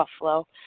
Buffalo